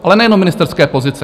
Ale nejenom ministerské pozice.